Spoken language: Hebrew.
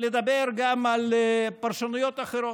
לדבר גם על פרשנויות אחרות.